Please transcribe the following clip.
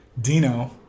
Dino